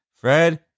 Fred